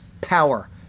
power